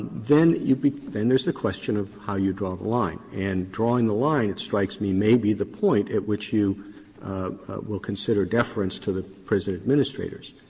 then you then there's the question of how you draw the line. and drawing the line, it strikes me, may be the point at which you will consider deference to the prison administrators.